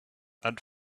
and